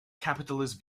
capitalist